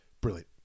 Brilliant